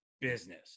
business